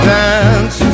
dance